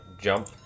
jump